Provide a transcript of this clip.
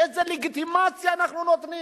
איזה לגיטימציה אנחנו נותנים,